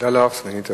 תודה לך, סגנית השר,